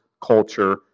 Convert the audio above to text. culture